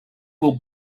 will